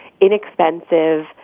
inexpensive